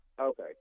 Okay